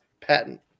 patent